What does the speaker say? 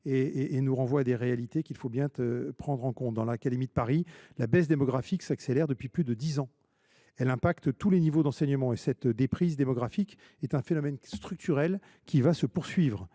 qui renvoient à des réalités incontournables. Dans l’académie de Paris, la baisse démographique s’accélère depuis plus de dix ans et affecte tous les niveaux d’enseignement. Cette déprise démographique est un phénomène structurel qui va se poursuivre.